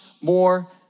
more